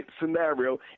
scenario